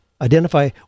identify